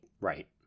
Right